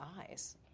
eyes